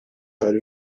ayrı